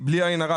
בלי עין הרע,